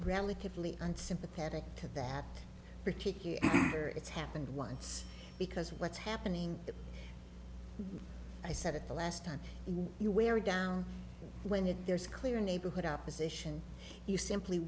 relatively unsympathetic to that particular anchor it's happened once because what's happening i said at the last time you were down when there's clear neighborhood opposition you simply